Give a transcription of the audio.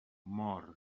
mort